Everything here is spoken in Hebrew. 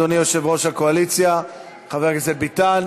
אדוני יושב-ראש הקואליציה חבר הכנסת ביטן.